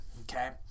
Okay